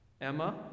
Emma